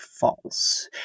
false